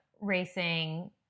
racing